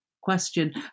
question